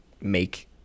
make